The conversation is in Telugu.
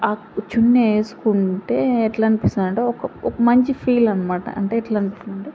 చున్నీ వేసుకుంటే ఎట్లా అనిపిస్తుందంటే ఒక ఒక మంచి ఫీల్ అన్నమాట అంటే ఎట్లా అనిపిస్తుంది అంటే